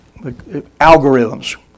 algorithms